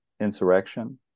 insurrection